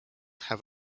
have